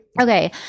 Okay